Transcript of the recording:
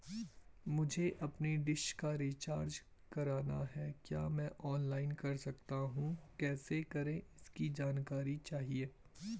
मुझे अपनी डिश का रिचार्ज करना है क्या मैं ऑनलाइन कर सकता हूँ कैसे करें इसकी जानकारी चाहिए?